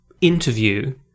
interview